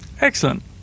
Excellent